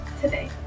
Today